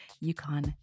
Yukon